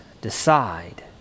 decide